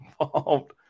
involved